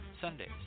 Sundays